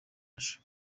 cash